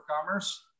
Commerce